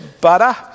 butter